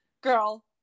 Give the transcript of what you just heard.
Girl